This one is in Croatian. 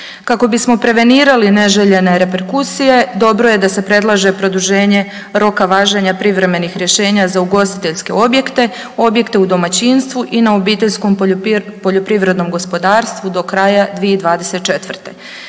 Kako bismo prevenirali neželjene reperkusije dobro je da se predlaže produženje roka važenja privremenih rješenja za ugostiteljske objekte, objekte u domaćinstvu i na OPG-ovima do kraja 2024..